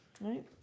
Right